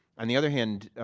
on the other hand,